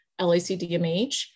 LACDMH